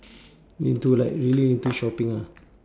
into like really into shopping ah